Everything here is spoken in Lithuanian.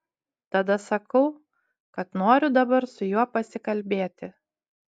tada sakau kad noriu dabar su juo pasikalbėti